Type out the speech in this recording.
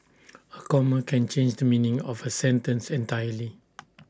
A comma can change the meaning of A sentence entirely